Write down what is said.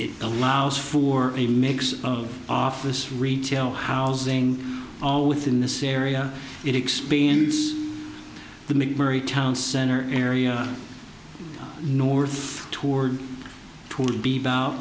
it allows for a mix of office retail housing all within this area it expands the mcmurry town center area north toward toward b